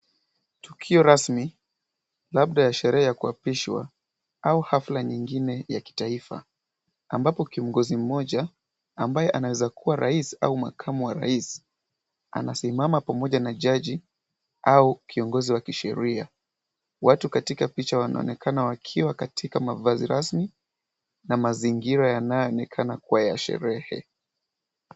Tukio rasmi labda sherehe ya kuapishwa, au hafla nyingine ya kitaifa ambapo kiongozi mmoja ambaye anaweza kuwa rais au makamu wa rais, anasimama pamoja na jaji au kiongozi wa kisheria. Watu katika picha wanaonekana wakiwa katika mavazi rasmi na mazingira yanayoonekana kuwa ya sherehe.